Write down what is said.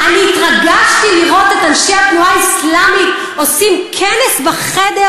אתה מפריע לי, אדוני.